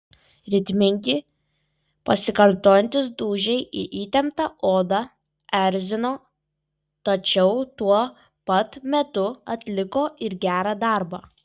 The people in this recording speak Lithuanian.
ritmingi pasikartojantys dūžiai į įtemptą odą erzino tačiau tuo pat metu atliko ir gerą darbą